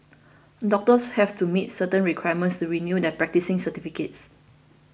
doctors have to meet certain requirements to renew their practising certificates